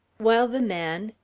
while the man,